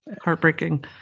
heartbreaking